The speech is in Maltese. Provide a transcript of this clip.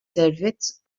servizz